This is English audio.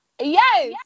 yes